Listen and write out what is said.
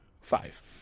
Five